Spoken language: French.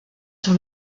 sur